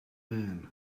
man